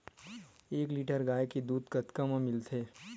एक लीटर गाय के दुध कतका म मिलथे?